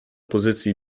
pozycji